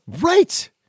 right